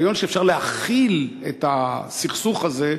הרעיון שאפשר להכיל את הסכסוך הזה,